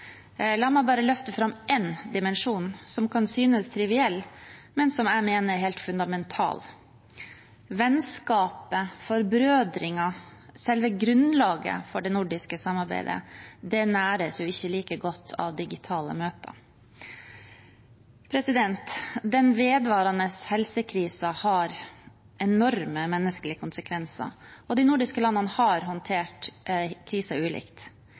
La meg løfte fram én dimensjon som kan synes triviell, men som jeg mener er helt fundamental: Vennskapet, forbrødringen, selve grunnlaget for det nordiske samarbeidet næres ikke like godt av digitale møter. Den vedvarende helsekrisen har enorme menneskelige konsekvenser, og de nordiske landene har håndtert krisen ulikt.